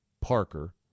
Parker